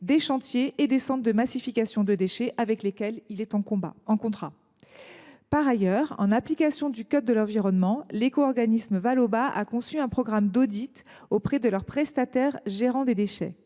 des chantiers et des centres de massification des déchets avec lesquels il est en contrat. Par ailleurs, en application du code de l’environnement, l’éco organisme Valobat a conçu un programme d’audit auprès de ses prestataires gérant des déchets.